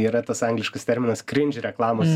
yra tas angliškas terminas krinži reklamos